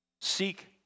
Seek